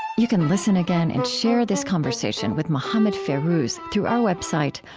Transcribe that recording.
you can listen again and share this conversation with mohammed fairouz through our website,